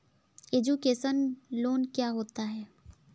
Education loan क्या होता है?